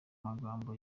magambo